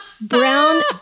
Brown